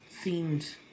themed